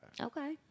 Okay